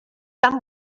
tan